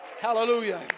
hallelujah